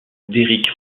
derrick